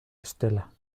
estela